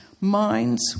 minds